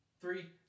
Three